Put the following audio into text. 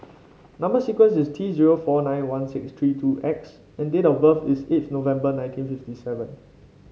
number sequence is T zero four nine one six three two X and date of birth is eighth November nineteen fifty seven